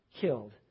killed